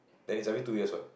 then it's only two years what